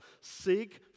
Seek